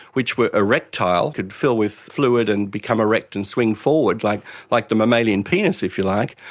which were erectile, could fill with fluid and become erect and swing forward like like the mammalian penis, if you like,